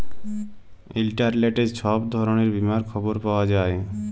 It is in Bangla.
ইলটারলেটে ছব ধরলের বীমার খবর পাউয়া যায়